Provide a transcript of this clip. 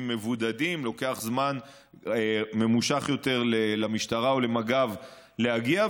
מבודדים ולוקח זמן ממושך יותר למשטרה או למג"ב להגיע,